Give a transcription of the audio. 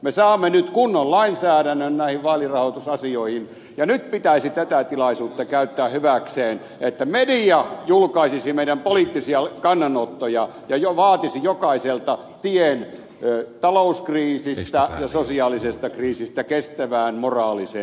me saamme nyt kunnon lainsäädännön näihin vaalirahoitusasioihin ja nyt pitäisi tätä tilaisuutta käyttää hyväkseen että media julkaisisi meidän poliittisia kannanottojamme ja vaatisi jokaiselta tien talouskriisistä ja sosiaalisesta kriisistä kestävään moraaliseen tulevaisuuteen